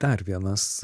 dar vienas